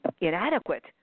inadequate